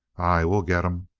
aye, we'll get him!